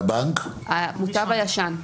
מהבנק --- מהמוטב הישן.